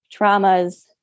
traumas